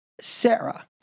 Sarah